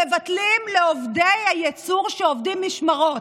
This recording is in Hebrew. מבטלים לעובדי הייצור שעובדים במשמרות.